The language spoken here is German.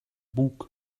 bug